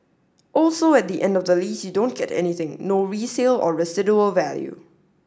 also at the end of the lease you don't get anything no resale or residual value